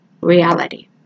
reality